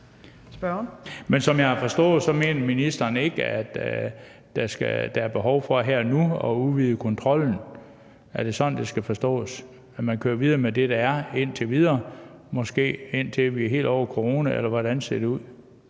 Men som jeg har forstået det, mener ministeren ikke, at der her og nu er behov for at udvide kontrollen. Er det sådan, det skal forstås? Altså, man kører videre med det, der er, indtil videre, måske indtil vi er helt ovre corona. Eller hvordan ser det ud?